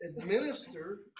administer